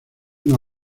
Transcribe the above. una